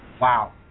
Wow